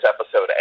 episode